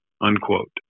unquote